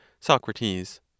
SOCRATES